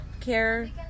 care